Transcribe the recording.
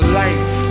life